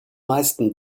meisten